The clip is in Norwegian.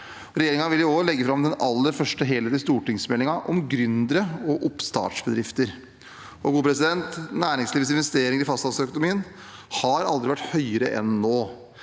Regjeringen vil i år legge fram den aller første helhetlige stortingsmeldingen om gründere og oppstartsbedrifter. Næringslivets investeringer i fastlandsøkonomien har aldri vært høyere enn nå,